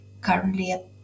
currently